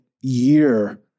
year